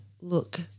look